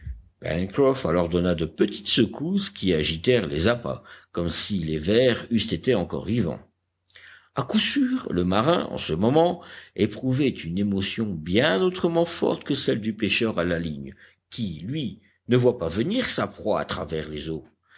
alors donna de petites secousses qui agitèrent les appâts comme si les vers eussent été encore vivants à coup sûr le marin en ce moment éprouvait une émotion bien autrement forte que celle du pêcheur à la ligne qui lui ne voit pas venir sa proie à travers les eaux